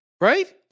Right